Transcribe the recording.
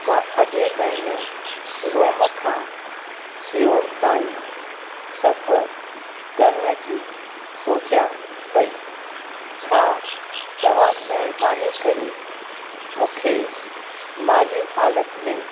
मां अॻिए महीने रोम खां सियोल ताईं सफ़र करण जी सोचियां पई छा तव्हां महिरबानी करे मूंखे माली हालति में